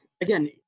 again